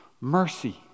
Mercy